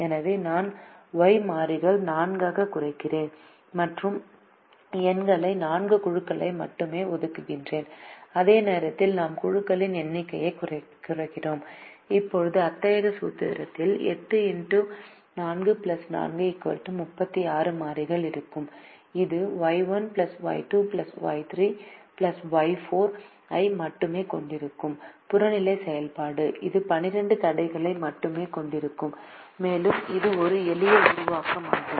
எனவே நான் Y மாறிகள் 4 ஆகக் குறைக்கிறேன் மற்றும் எண்களை 4 குழுக்களுக்கு மட்டுமே ஒதுக்குகிறேன் அதே நேரத்தில் நாம் குழுக்களின் எண்ணிக்கையைக் குறைக்கிறோம் இப்போது அத்தகைய சூத்திரத்தில் 8X4 4 36 மாறிகள் இருக்கும் இது Y1 Y2 Y3 Y4 ஐ மட்டுமே கொண்டிருக்கும் புறநிலை செயல்பாடு இது 12 தடைகளை மட்டுமே கொண்டிருக்கும் மேலும் இது ஒரு எளிய உருவாக்கம் ஆகும்